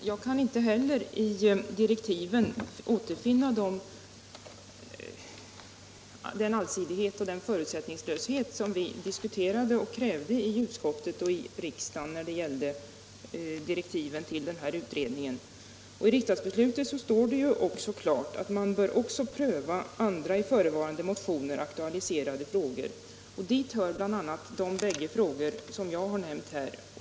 Herr talman! Inte heller jag kan i direktiven återfinna den allsidighet och den förutsättningslöshet som vi diskuterade och krävde i utskottet och i kammaren. I riksdagsbeslutet står det ju också klart att man även bör pröva andra i förevarande motioner aktualiserade frågor. Dit hör bl.a. de bägge frågor som jag har nämnt.